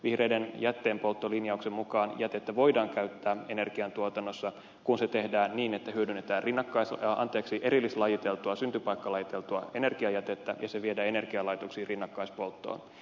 vihreiden jätteenpolttolinjauksen mukaan jätettä voidaan käyttää energiantuotannossa kun se tehdään niin että hyödynnetään erillislajiteltua syntypaikkalajiteltua energiajätettä ja se viedään energialaitoksiin rinnakkaispolttoon